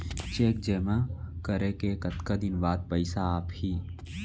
Cheque जेमा करें के कतका दिन बाद पइसा आप ही?